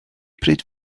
pryd